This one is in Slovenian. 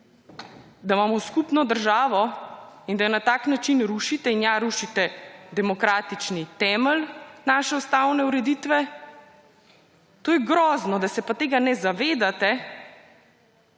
da imamo skupno državo in da jo na tak način rušite; in ja, rušite demokratični temelj naše ustavne ureditve. To je grozno, da se pa tega ne zavedate,